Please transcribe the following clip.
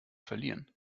verlieren